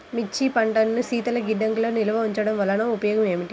మిర్చి పంటను శీతల గిడ్డంగిలో నిల్వ ఉంచటం వలన ఉపయోగం ఏమిటి?